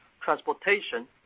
transportation